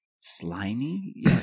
slimy